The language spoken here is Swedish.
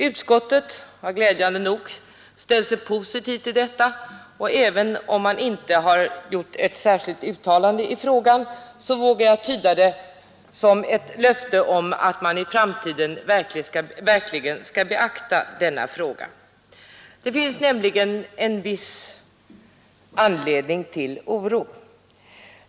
Utskottet har glädjande nog ställt sig positivt till detta, och även om utskottet inte har gjort ett särskilt uttalande i frågan vågar jag tyda skrivningen som ett löfte om att man i framtiden verkligen skall beakta denna fråga. Det finns nämligen en viss anledning till oro.